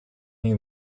new